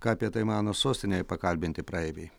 ką apie tai mano sostinėje pakalbinti praeiviai